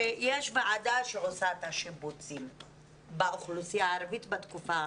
שיש ועדה שעושה את השיבוצים באוכלוסייה הערבית בתקופה האחרונה.